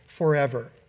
forever